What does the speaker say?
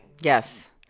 Yes